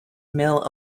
mill